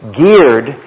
geared